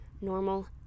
normal